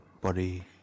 body